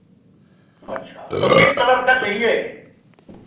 अच्छा तो किस कलर का चाहिए